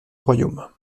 royaume